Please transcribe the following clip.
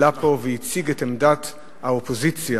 עלה לפה והציג את עמדת האופוזיציה.